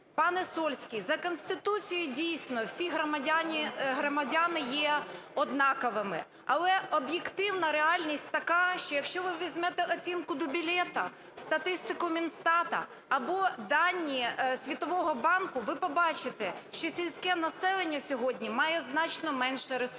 Пане Сольський, за Конституцією, дійсно, всі громадяни є однаковими. Але об'єктивна реальність така, що якщо ви візьмете оцінку Дубілета, статистику Мінстату або дані Світового банку, ви побачите, що сільське населення сьогодні має значно менше ресурсів,